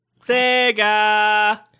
Sega